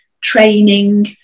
training